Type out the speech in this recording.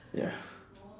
ya